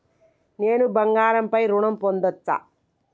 నేను బంగారం పై ఋణం పొందచ్చా?